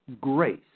grace